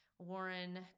Warren